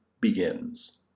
Begins